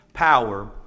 power